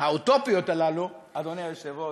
האוטופיות הללו, אדוני היושב-ראש,